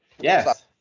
Yes